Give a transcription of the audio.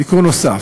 תיקון נוסף,